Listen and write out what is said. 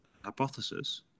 hypothesis